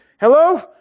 hello